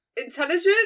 Intelligent